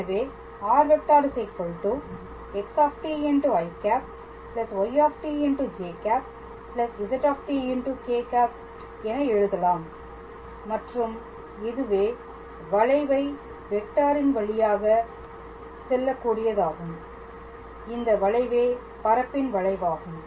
எனவே r⃗ xî yĵ zk̂ எழுதலாம் மற்றும் இதுவே வளைவை வெக்டாரின் வழியாக செல்லக் கூடியதாகும் இந்த வளைவே பரப்பின் வளைவாகும்